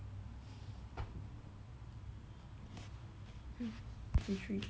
fifty three